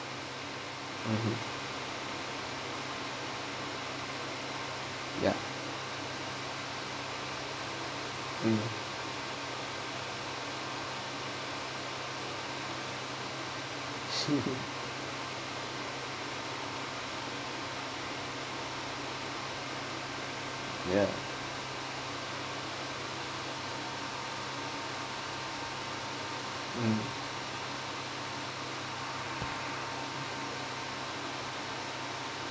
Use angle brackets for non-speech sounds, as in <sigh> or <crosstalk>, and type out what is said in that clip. mmhmm ya um <laughs> ya um